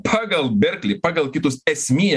pagal berklį pagal kitus esmė